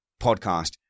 podcast